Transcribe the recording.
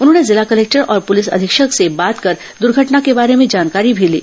उन्होंने जिला कलेक्टर और पुलिस अधीक्षक से बात कर दुर्घटना के बारे में जानकारी भी ली